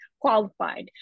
qualified